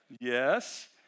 yes